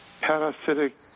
parasitic